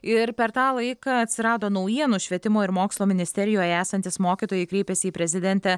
ir per tą laiką atsirado naujienų švietimo ir mokslo ministerijoje esantys mokytojai kreipėsi į prezidentę